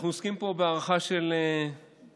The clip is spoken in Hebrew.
עוסקים פה בהארכה של התקנות,